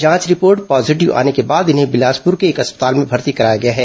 जांच report positive आने के बाद इन्हें बिलासप्र के एक अस्पताल में भर्ती कराया गया है